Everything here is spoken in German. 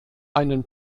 einen